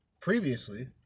previously